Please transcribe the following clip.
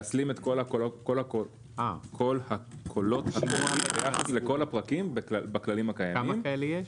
נשלים הכל הכל ביחס לכל הפרקים בכללים הקיימים -- כמה כאלה יש?